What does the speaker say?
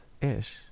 Ish